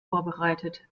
vorbereitet